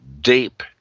deep